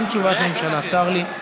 אין תשובת ממשלה, צר לי.